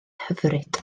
hyfryd